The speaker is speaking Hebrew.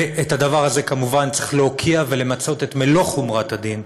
את הדבר הזה כמובן צריך להוקיע ולמצות את מלוא חומרת הדין.